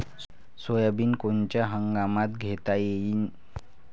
Soybean कोनच्या हंगामात घेता येईन?